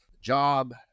job